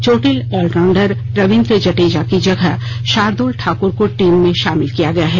चोटिल ऑलराउंडर रविन्द्र जडेजा की जगह शार्दुल ठाकुर को टीम में शामिल किया गया है